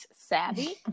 savvy